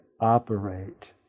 operate